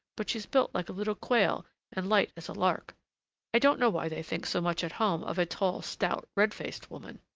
but she's built like a little quail and light as a lark i don't know why they think so much at home of a tall, stout, red-faced woman.